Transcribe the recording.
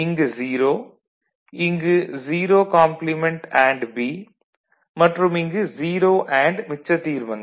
இங்கு 0 இங்கு 0 complement and B மற்றும் இங்கு 0 அண்டு மிச்ச தீர்மங்கள்